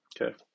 okay